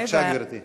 בבקשה, גברתי.